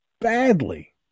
badly